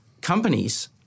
companies